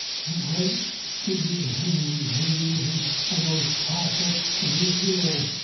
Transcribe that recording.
the great figures in judaism are those prophets of israel,